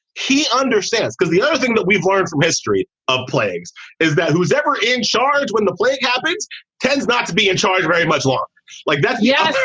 he understands because the other thing that we've learned from history of plagues is that who's ever in charge when the plague happens tends not to be in charge very much la like that. yeah yes.